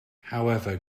however